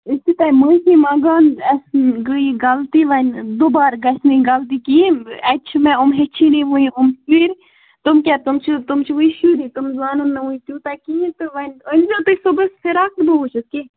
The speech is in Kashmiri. أسۍ چھُو تۄہہِ مٲفی منٛگان اَسہِ گٔے یہِ غلطی وۄنۍ دُبارٕ گژھِ نہٕ یہِ غلطی کِہیٖنۍ اَتہِ چھِ مےٚ یِم ہیٚچھٲنی وٕنۍ یِم تِم کیٛاہ تِم چھِ تِم چھِ وٕنۍ شُری تِم زانَن نہٕ وٕنۍ تیوٗتاہ کِہیٖنۍ تہٕ وۄنۍ أنۍزیو تُہۍ صُبحَس فِراک تہٕ بہٕ وٕچھَس کیٚنٛہہ